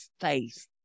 faith